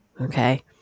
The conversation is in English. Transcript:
Okay